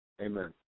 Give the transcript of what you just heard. Amen